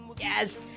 Yes